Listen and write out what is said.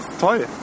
toll